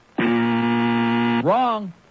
Wrong